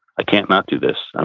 i can't not do this, and